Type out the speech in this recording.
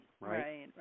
Right